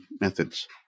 methods